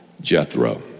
Jethro